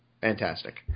Fantastic